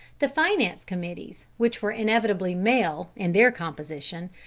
the finance committees, which were inevitably male in their composition,